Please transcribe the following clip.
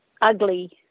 ugly